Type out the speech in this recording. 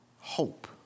hope